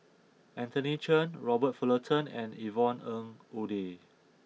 Anthony Chen Robert Fullerton and Yvonne Ng Uhde